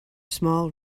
small